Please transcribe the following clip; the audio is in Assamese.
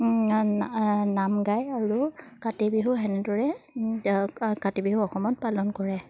না নাম গাই আৰু কাতি বিহু তেনেদৰে কাতি বিহু অসমত পালন কৰে